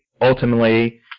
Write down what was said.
ultimately